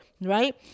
Right